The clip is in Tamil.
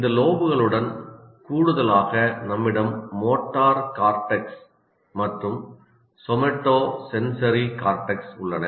இந்த லோப்களுடன் கூடுதலாக நம்மிடம் மோட்டார் கார்டெக்ஸ் மற்றும் சோமாடோசென்சரி கார்டெக்ஸ் உள்ளன